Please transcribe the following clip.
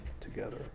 together